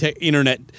internet